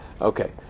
Okay